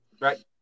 Right